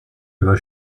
über